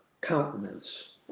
countenance